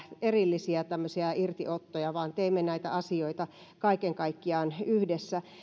erillisiä irtiottoja vaan teemme näitä asioita kaiken kaikkiaan yhdessä